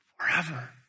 forever